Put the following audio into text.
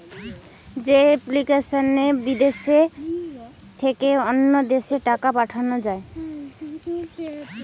যে এপ্লিকেশনে বিদেশ থেকে অন্য দেশে টাকা পাঠান যায়